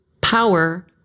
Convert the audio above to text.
power